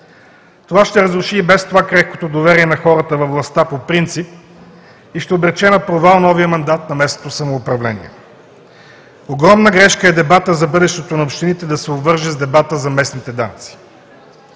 Това ще разруши и без това крехкото доверие на хората във властта по принцип и ще обрече на провал новия мандат на местното самоуправление. Огромна грешка е дебатът за бъдещето на общините да се обвърже с дебата за местните данъци.